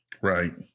Right